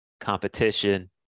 competition